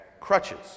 crutches